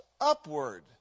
upward